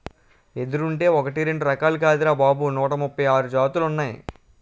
ఎదురంటే ఒకటీ రెండూ రకాలు కాదురా బాబూ నూట ముప్పై ఆరు జాతులున్నాయ్